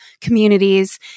communities